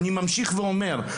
אני ממשיך ואומר,